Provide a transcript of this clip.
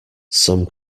some